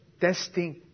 testing